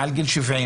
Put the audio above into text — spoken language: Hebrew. מעל גיל 70,